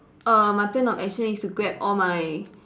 err my plan of action is to grab all my